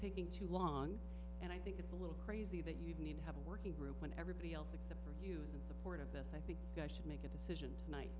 taking too long and i think it's a little crazy that you would need to have a working group when everybody else except for hughes in support of this i think should make a decision tonight